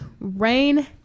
Rain